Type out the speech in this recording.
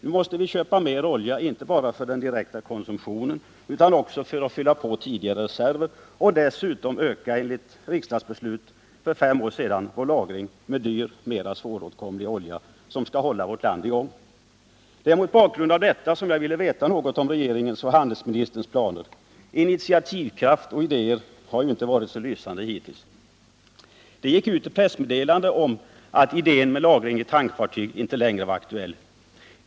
Vi måste nu köpa mer olja, inte bara för den direkta konsumtionen utan också för att fylla på tidigare reserver och dessutom, enligt riksdagsbeslutet för fem år sedan, öka vår lagring med dyr, mera svåråtkomlig olja som skall hålla vårt land i gång. Det är mot bakgrund av detta som jag vill veta något om regeringens och handelsministerns planer. Initiativkraften och idéerna har ju inte varit så lysande hittills. Det gick ut ett pressmeddelande om att idén med lagring i tankfartyg inte längre var aktuell.